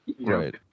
Right